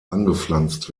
angepflanzt